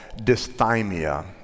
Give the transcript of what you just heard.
dysthymia